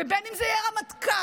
בין שזה יהיה הרמטכ"ל,